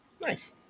Nice